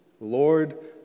Lord